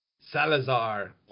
Salazar